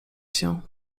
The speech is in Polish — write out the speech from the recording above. się